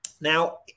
Now